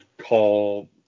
call